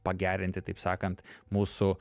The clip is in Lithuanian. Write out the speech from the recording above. pagerinti taip sakant mūsų